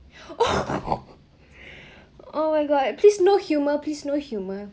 oh oh my god please no humour please no humour